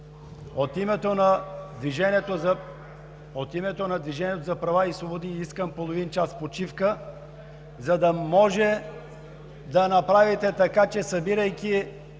от името на „Движението за права и свободи“ искам половин час почивка, за да може да направите така, че събирайки